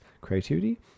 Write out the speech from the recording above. creativity